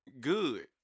good